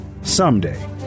Someday